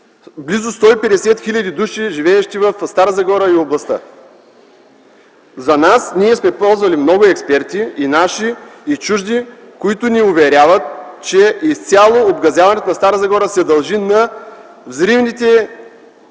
близо 150 хил. души живеещи в Стара Загора и областта. Ние сме ползвали много експерти – и наши, и чужди, които ни уверяват, че изцяло обгазяването на Стара Загора се дължи на взривните мероприятия,